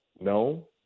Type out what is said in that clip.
No